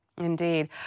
Indeed